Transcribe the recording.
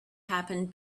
happened